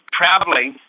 traveling